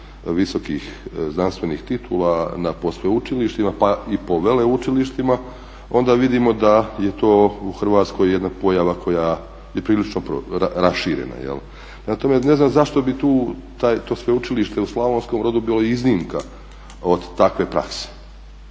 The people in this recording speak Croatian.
visokih znanstvenih titula na post sveučilištima pa i po veleučilištima, onda vidimo da je to u Hrvatskoj jedna pojava koja je prilično raširena. Prema tome, ne znam zašto bi tu to Sveučilište u Slavonskom Brodu bilo iznimka od takve prakse.